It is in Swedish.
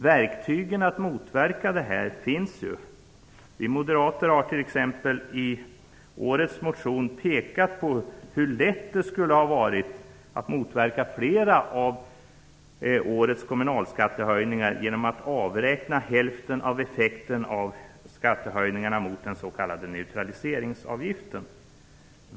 Verktygen att motverka detta finns ju. Vi moderater har t.ex. i årets motion pekat på hur lätt det skulle vara att motverka flera av årets kommunalskattehöjningar genom att avräkna hälften av effekten av skattehöjningarna mot den s.k. neutraliseringsavgiften.